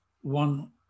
one